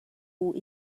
who